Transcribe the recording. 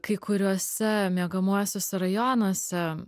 kai kuriuose miegamuosiuose rajonuose